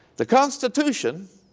the constitution